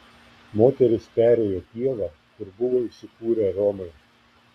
moterys perėjo pievą kur buvo įsikūrę romai